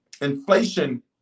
Inflation